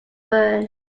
burn